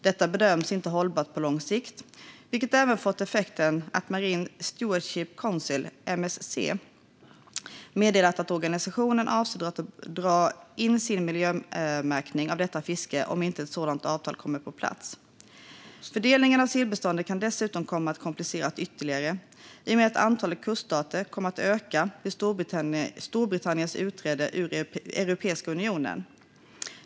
Detta bedöms inte hållbart på lång sikt, vilket även fått effekten att Marine Stewardship Council, MSC, meddelat att organisationen avser att dra in sin miljömärkning av detta fiske om inte ett sådant avtal kommer på plats. Fördelningen av sillbestånden kan dessutom komma att kompliceras ytterligare i och med att antalet kuststater kommer att öka vid Storbritanniens utträde ur Europeiska unionen.